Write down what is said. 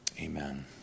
Amen